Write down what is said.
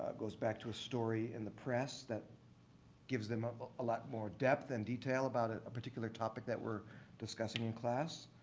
ah goes back to a story in the press that gives them ah a a lot more depth and detail about a particular topic that we're discussing in class.